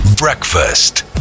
breakfast